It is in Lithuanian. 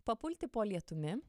papulti po lietumi